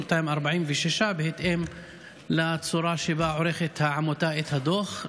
או 246 בהתאם לצורה שבה עורכת העמותה את הדוח,